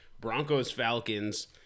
Broncos-Falcons